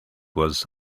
was